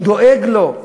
דואג לו,